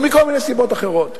או מכל מיני סיבות אחרות.